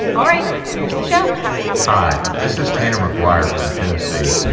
all right. here's the show hi. this is tanner mcguire from tennessee.